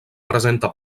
presenta